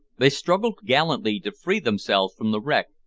they struggled gallantly to free themselves from the wreck,